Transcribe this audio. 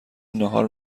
ناهار